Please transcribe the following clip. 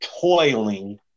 toiling